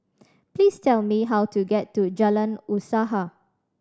please tell me how to get to Jalan Usaha